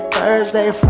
Thursday